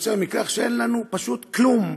יוצא מכך שאין לנו פשוט כלום,